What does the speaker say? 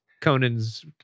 Conan's